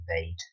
invade